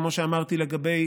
כמו שאמרתי לגבי